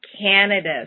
Canada